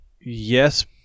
Yes